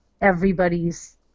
everybody's